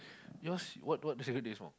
yours what what cigarette do you smoke